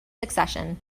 succession